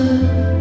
love